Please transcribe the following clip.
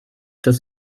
dass